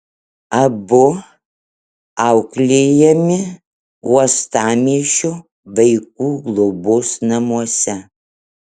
abu auklėjami uostamiesčio vaikų globos namuose